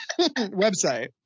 Website